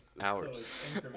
hours